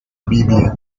biblia